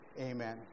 amen